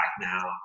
now